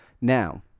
Now